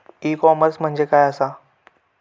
E commerce म्हणजे मझ्या आसा?